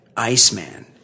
Iceman